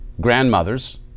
grandmothers